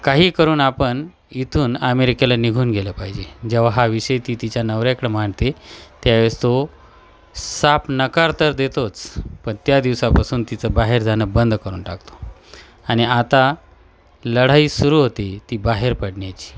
काही करून आपण इथून अमेरिकेला निघून गेलं पाहिजे जेव्हा हा विषय ती तिच्या नवरेकडं मांडते त्या वेळेस तो साफ नकार तर देतोच पण त्या दिवसापासून तिचं बाहेर जाणं बंद करून टाकतो आणि आता लढाई सुरू होते ती बाहेर पडण्याची